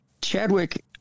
Chadwick